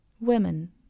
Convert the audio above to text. women